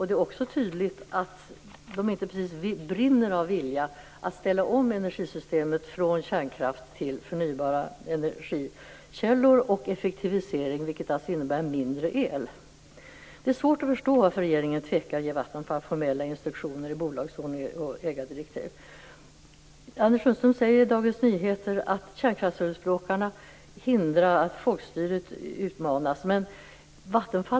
Det är också tydligt att den inte precis brinner av vilja att ställa om energisystemet från kärnkraft till förnybara energikällor och effektivisering, vilket alltså innebär mindre el. Det är svårt att förstå varför regeringen tvekar att ge Vattenfall formella instruktioner i bolagsordning och ägardirektiv. Anders Sundström skrev i en artikel i Dagens Nyheter att folkstyret utmanas av kärnkraftsförespråkarna.